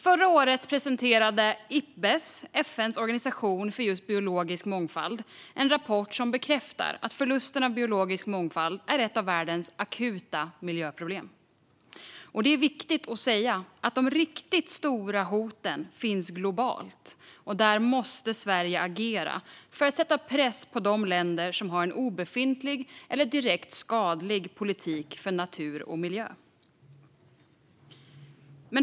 Förra året presenterade Ipbes, FN:s organisation för biologisk mångfald, en rapport som bekräftar att förlusten av biologisk mångfald är ett av världens akuta miljöproblem. Det är viktigt att säga att de riktigt stora hoten finns globalt, och där måste Sverige agera för att sätta press på de länder som har en obefintlig eller direkt skadlig politik för natur och miljö.